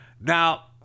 now